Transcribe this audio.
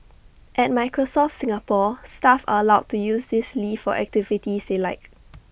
at Microsoft Singapore staff are allowed to use this leave for activities they like